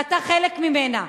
ואתה חלק ממנה.